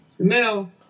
Now